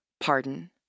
pardon